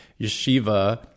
yeshiva